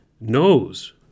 knows